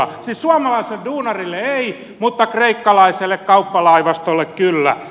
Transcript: siis suomalaiselle duunarille ei mutta kreikkalaiselle kauppalaivastolle kyllä